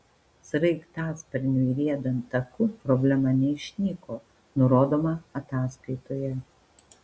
sraigtasparniui riedant taku problema neišnyko nurodoma ataskaitoje